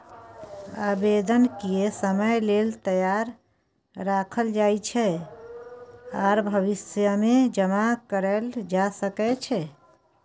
आबेदन किछ समय लेल तैयार राखल जाइ छै आर भविष्यमे जमा कएल जा सकै छै